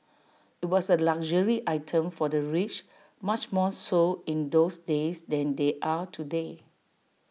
IT was A luxury item for the rich much more so in those days than they are today